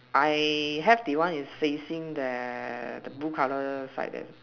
I have the one is facing the the blue color side there